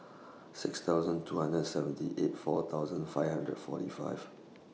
six thousand two hundred and seventy eight four thousand five hundred forty five